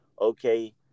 okay